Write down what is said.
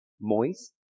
moist